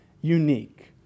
unique